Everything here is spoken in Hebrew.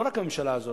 לא רק בממשלה הזאת,